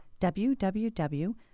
www